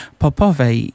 popowej